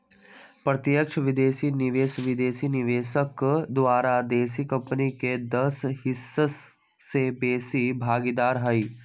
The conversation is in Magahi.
प्रत्यक्ष विदेशी निवेश विदेशी निवेशक द्वारा देशी कंपनी में दस हिस्स से बेशी भागीदार हइ